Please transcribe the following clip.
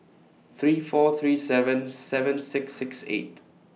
three four three seven seven six six eight